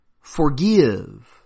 Forgive